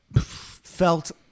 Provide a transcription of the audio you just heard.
felt